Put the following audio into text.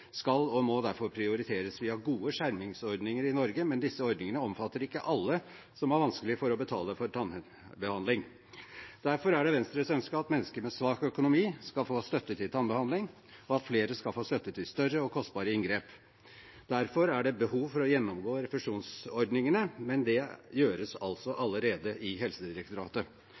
skal og må derfor prioriteres. Vi har gode skjermingsordninger i Norge, men disse ordningene omfatter ikke alle som har vanskelig for å betale for tannbehandling. Derfor er det Venstres ønske at mennesker med svak økonomi skal få støtte til tannbehandling, og at flere skal få støtte til større og kostbare inngrep. Derfor er det behov for å gjennomgå refusjonsordningene, men det gjøres altså allerede i Helsedirektoratet.